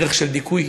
דרך של דיכוי,